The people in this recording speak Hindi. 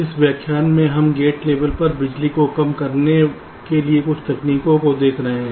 इसलिए इस व्याख्यान में हम गेट लेबल पर बिजली को कम करने के लिए कुछ तकनीकों को देख रहे हैं